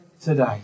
today